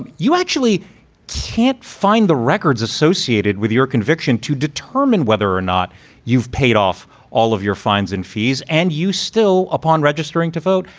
you actually can't find the records associated with your conviction to determine whether or not you've paid off all of your fines and fees and you still, upon registering to vote,